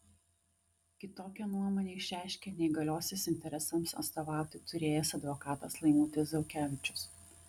kitokią nuomonę išreiškė neįgaliosios interesams atstovauti turėjęs advokatas laimutis zaukevičius